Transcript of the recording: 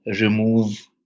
remove